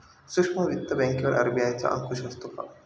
सूक्ष्म वित्त बँकेवर आर.बी.आय चा अंकुश असतो का?